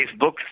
Facebook